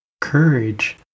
Courage